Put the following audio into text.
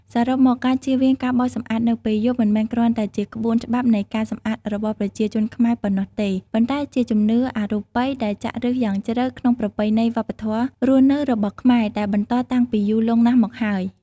សរុបមក ការជៀសវាងការបោសសម្អាតនៅពេលយប់ មិនមែនគ្រាន់តែជាក្បួនច្បាប់នៃការសម្អាតរបស់ប្រជាជនខ្មែរប៉ុណ្ណោះទេ ប៉ុន្តែជាជំនឿអរូបិយដែលចាក់ឬសយ៉ាងជ្រៅក្នុងប្រពៃណីវប្បធម៌រស់នៅរបស់ខ្មែរ ដែលបន្តតាំងពីយូរលង់ណាស់មកហើយ។